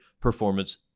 performance